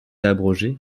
abrogée